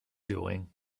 doing